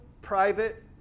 private